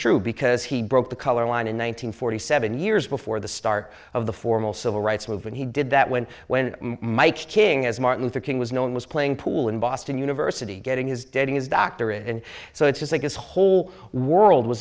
true because he broke the color line in one thousand nine hundred seventy years before the start of the formal civil rights movement he did that when when mike king as martin luther king was known was playing pool in boston university getting his dead his doctorate and so it's just like his whole world was